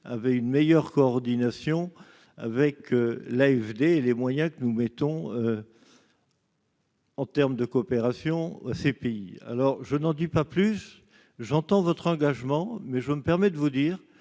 avait une meilleure coordination avec l'AFD et les moyens que nous mettons. En terme de coopération ces pays, alors je n'en dis pas plus j'entends votre engagement, mais je me permets de vous dire